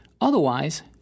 Otherwise